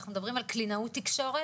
אנחנו מדברים על קלינאות תקשורת,